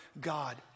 God